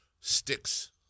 Sticks